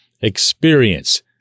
experience